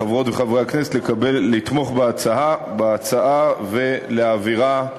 חברות וחברי הכנסת, לתמוך בהצעה ולהעבירה לוועדת,